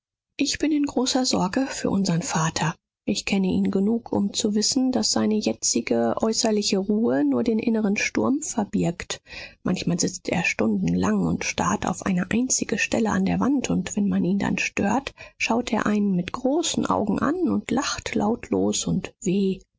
ich bin in großer sorge für unsern vater ich kenne ihn genug um zu wissen daß seine jetzige äußerliche ruhe nur den inneren sturm verbirgt manchmal sitzt er stundenlang und starrt auf eine einzige stelle an der wand und wenn man ihn dann stört schaut er einen mit großen augen an und lacht lautlos und weh